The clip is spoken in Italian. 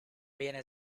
viene